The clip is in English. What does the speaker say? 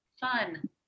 Fun